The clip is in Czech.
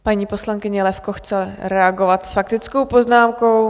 Paní poslankyně Levko chce reagovat s faktickou poznámkou.